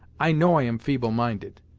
i know i am feeble minded,